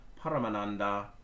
paramananda